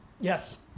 Yes